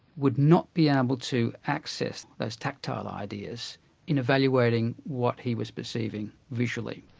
would not be able to access those tactile ideas in evaluating what he was perceiving visually.